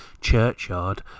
churchyard